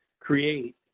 create